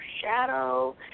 shadow